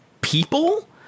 people